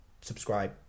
subscribe